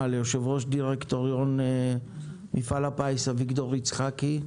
ליושב-ראש דירקטוריון מפעל הפיס אביגדור יצחקי,